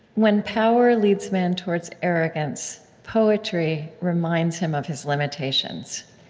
when power leads men towards arrogance, poetry reminds him of his limitations.